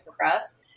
progress